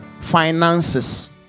Finances